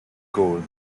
goal